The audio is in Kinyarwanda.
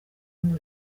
ngo